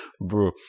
Bro